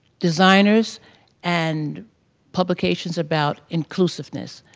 designers and publications about inclusiveness,